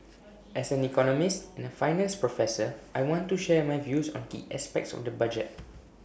as an economist and A finance professor I want to share my views on key aspects on the budget